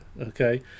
okay